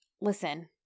listen